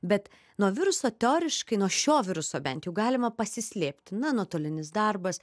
bet nuo viruso teoriškai nuo šio viruso bent jau galima pasislėpti na nuotolinis darbas